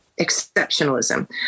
exceptionalism